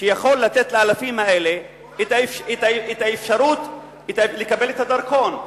שיכול לתת לאלפים האלה את האפשרות לקבל את הדרכון.